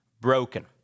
broken